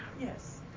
Yes